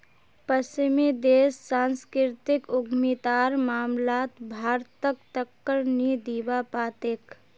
पश्चिमी देश सांस्कृतिक उद्यमितार मामलात भारतक टक्कर नी दीबा पा तेक